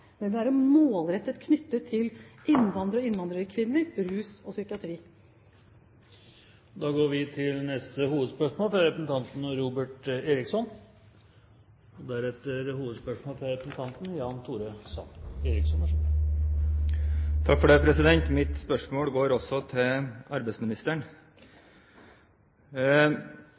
det som representanten er opptatt av, men vi må være målrettet når det gjelder innvandrere og innvandrerkvinner, rus og psykiatri. Vi går da til neste hovedspørsmål. Mitt spørsmål går også til arbeidsministeren.